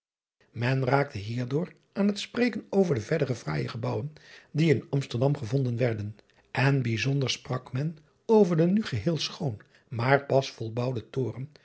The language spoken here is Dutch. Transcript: en raakte hierdoor aan het spreken over de verdere fraaije gebouwen die in msterdam gevonden werden en bijzonder sprak men over den nu geheel schoon maar pas volbouwden toren